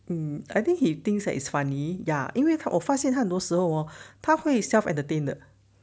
mm I think he thinks that it's funny ya 因为他我发现他很多时候他会 self entertain 的